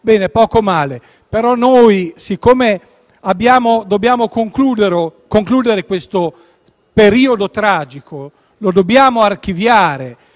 beh, poco male. Ora dobbiamo concludere questo periodo tragico, lo dobbiamo archiviare,